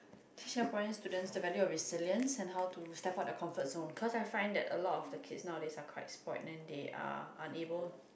teach Singaporean students the value of resilience and how to step out their comfort zone cause I find that a lot of the kids nowadays are quite spoilt then they are unable